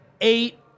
eight